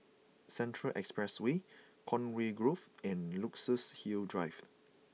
Central Expressway Conway Grove and Luxus Hill Drive